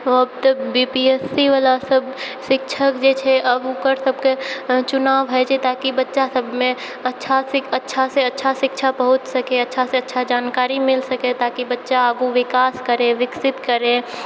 आब तऽ B P S C वला सब शिक्षक जे छै आब ओकर सबके चुनाव होइ छै ताकि बच्चा सबमे अच्छा अच्छासँ अच्छा शिक्षा पहुँच सकै अच्छासँ अच्छा जानकारी मिल सकै ताकि बच्चा आगू विकास करै विकसित करै